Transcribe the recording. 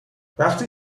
وقتی